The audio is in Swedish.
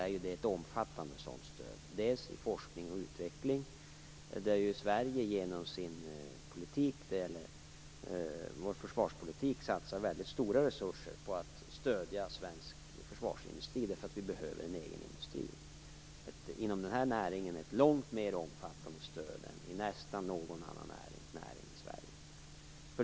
Det gäller bl.a. forskning och utveckling, där vi ju genom vår försvarspolitik satsar väldigt stora resurser på att stödja svensk försvarsindustri, eftersom vi behöver en egen industri. Inom den här näringen får man ett långt mer omfattande stöd än vad man får i nästan någon annan näring i Sverige.